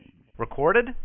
Recorded